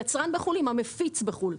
היצרן בחו"ל עם המפיץ בחו"ל,